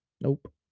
Nope